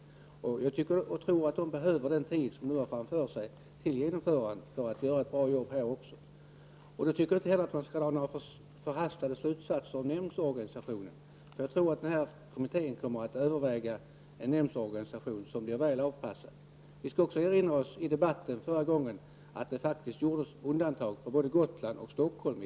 Jag tror att denna kommitté för att kunna göra ett bra arbete behöver den tid som den nu har framför sig till genomförandet av detta. Jag tycker inte att man heller skall dra några förhastade slutsatser om nämndsorganisationen. Jag tror nämligen att denna kommitté kommer att överväga en nämndsorganisation som blir väl avpassad. Vi skall också erinra oss att det i debatten förra gången faktiskt gjordes undantag för både Gotland och Stockholm.